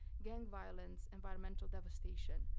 gang violence, environmental devastation.